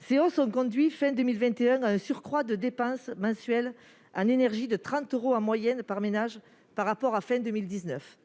Ces hausses ont conduit, à la fin de 2021, à un surcroît de dépenses mensuelles en énergie de 30 euros en moyenne par ménage par rapport à la fin de 2019.